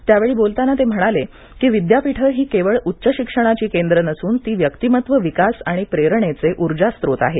त्यावेळी बोलताना ते म्हणाले की विद्यापीठ ही केवळ उच्च शिक्षणाची केंद्र नसून ती व्यक्तीमत्व विकास आणि प्रेरणेचे उर्जास्रोत आहेत